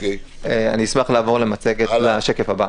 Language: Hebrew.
אשמח לעבור לשקף הבא.